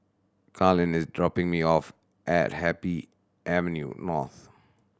Carlyn is dropping me off at Happy Avenue North